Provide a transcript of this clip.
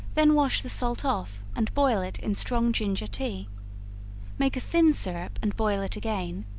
then wash the salt off, and boil it in strong ginger tea make a thin syrup and boil it again,